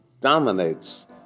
dominates